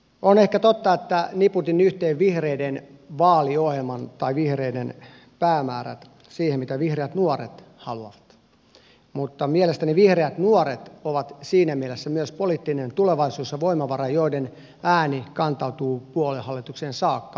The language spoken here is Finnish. on ehkä totta että niputin yhteen vihreiden vaaliohjelman tai vihreiden päämäärät ja sen mitä vihreät nuoret haluavat mutta mielestäni vihreät nuoret ovat siinä mielessä myös poliittinen tulevaisuus ja voimavara joiden ääni kantautuu puoluehallitukseen saakka myös teillä